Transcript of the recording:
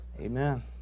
Amen